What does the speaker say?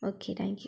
okay thank you